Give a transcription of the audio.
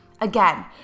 Again